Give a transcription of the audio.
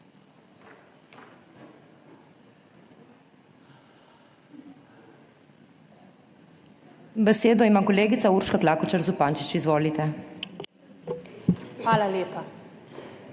Besedo ima kolegica Urška Klakočar Zupančič, izvolite. **MAG.